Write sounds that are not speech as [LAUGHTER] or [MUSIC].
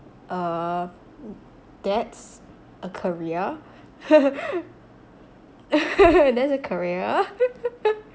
uh that's a career [LAUGHS] that's a career [LAUGHS]